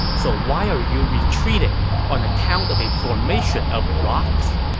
so why are you retreating on account of a formation of rocks?